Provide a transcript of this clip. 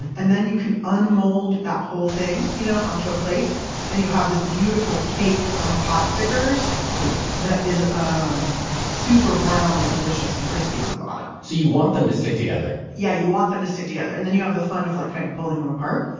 and then you can un-mold that whole thing you know onto a plate and you have this beautiful cake of pot stickers that is um super brown and delicious and crispy on the bottom so you want them to stick together? yeah, you want them to stick together, and then you have the fun of like kind of pulling them apart.